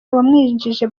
wamwinjije